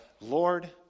Lord